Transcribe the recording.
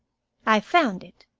i found it,